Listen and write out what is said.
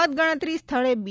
મતગણતરી સ્થળે બી